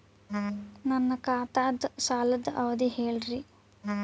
ನನ್ನ ಖಾತಾದ್ದ ಸಾಲದ್ ಅವಧಿ ಹೇಳ್ರಿ